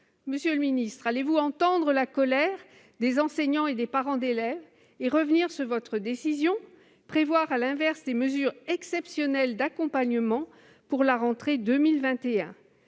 pour agir ! Allez-vous entendre la colère des enseignants et des parents d'élèves, revenir sur votre décision et prévoir, à l'inverse, des mesures exceptionnelles d'accompagnement pour la rentrée 2021 ?